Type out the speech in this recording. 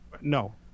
No